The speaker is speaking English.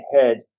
head